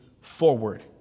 forward